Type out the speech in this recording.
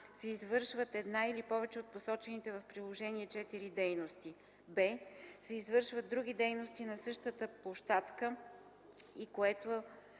се извършват една или повече от посочените в Приложение № 4 дейности; б) се извършват други дейности на същата площадка и което